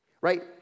right